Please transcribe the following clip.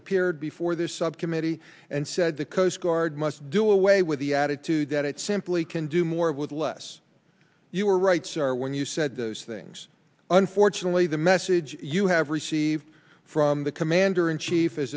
appeared before this subcommittee and said the coast guard must do away with the attitude that it simply can do more with less you are right sir when you said those things unfortunately the message you have received from the commander in chief is